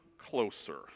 Closer